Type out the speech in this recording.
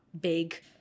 big